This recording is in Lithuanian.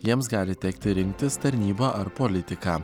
jiems gali tekti rinktis tarnybą ar politiką